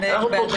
אושר